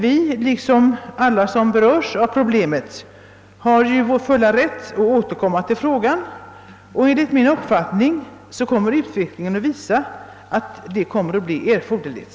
Vi liksom alla som berörs av problemet har emellertid full rätt att återkomma till frågan, och enligt min uppfattning kom mer utvecklingen att visa att detta blir erforderligt.